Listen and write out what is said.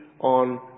on